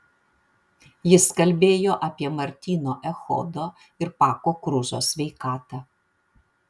jis kalbėjo apie martyno echodo ir pako kruzo sveikatą